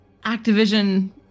Activision